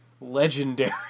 legendary